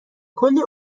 کلی